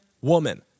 woman